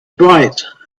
bright